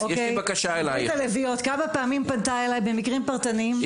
פנתה אליי כמה פעמים במקרים פרטניים,